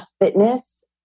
fitness